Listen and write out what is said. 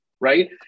right